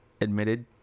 admitted